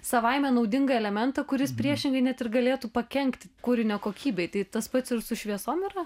savaime naudingą elementą kuris priešingai net ir galėtų pakenkti kūrinio kokybei tai tas pats ir su šviesom yra